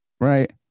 right